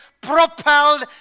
propelled